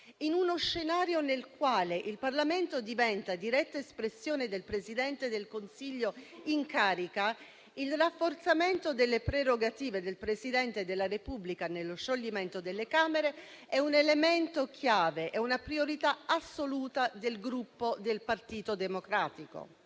In uno scenario nel quale il Parlamento diventa diretta espressione del Presidente del Consiglio in carica, il rafforzamento delle prerogative del Presidente della Repubblica nello scioglimento delle Camere è un elemento chiave, una priorità assoluta del Gruppo Partito Democratico.